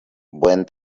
buen